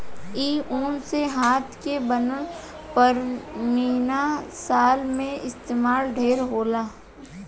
इ ऊन से हाथ के बनल पश्मीना शाल में इस्तमाल ढेर होला